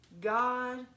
God